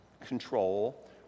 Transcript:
control